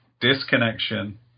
Disconnection